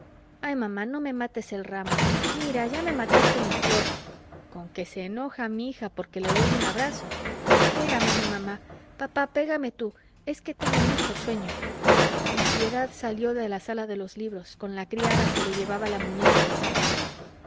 ay mamá no me mates el ramo mira ya me mataste mi flor conque se enoja mi hija porque le doy un abrazo pégame mi mamá papá pégame tú es que tengo mucho sueño y piedad salió de la sala de los libros con la criada que le llevaba la muñeca de seda